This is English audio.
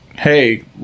hey